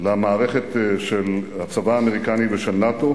למערכת של הצבא האמריקני ושל נאט"ו